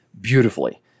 beautifully